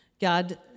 God